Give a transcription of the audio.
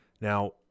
Now